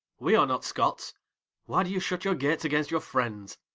we are not scots why do you shut your gates against your friends?